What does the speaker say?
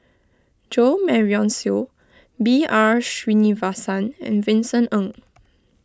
Jo Marion Seow B R Sreenivasan and Vincent Ng